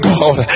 God